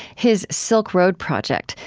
his silk road project,